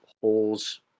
holes